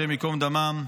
השם ייקום דמם.